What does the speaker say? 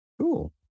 Cool